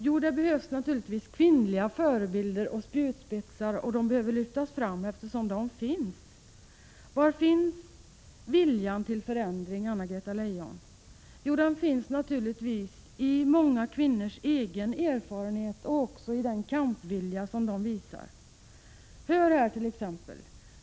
Jo, det behövs naturligtvis kvinnliga förebilder och spjutspetsar, och de behöver lyftas fram eftersom de finns. Var finns viljan till förändring, Anna-Greta Leijon? Jo, den finns naturligtvis i många kvinnors egen erfarenhet och i den kampvilja som de visar. Jag vill nämna ett exempel.